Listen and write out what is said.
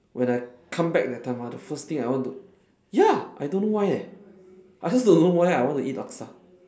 when I come back that time ah the first thing I want to ya I don't know why leh I just don't know why I want to eat laksa